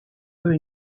were